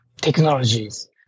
technologies